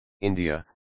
India